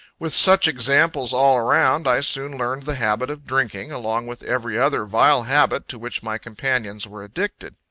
with such examples all around, i soon learned the habit of drinking, along with every other vile habit to which my companions were addicted.